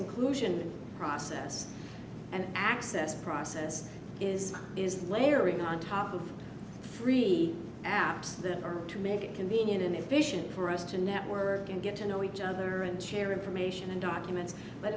inclusion process and access process is is layering on top of free apps that are to make it convenient and efficient for us to network and get to know each other and share information and document